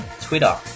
Twitter